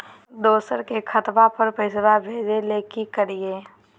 दोसर के खतवा पर पैसवा भेजे ले कि करिए?